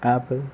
apple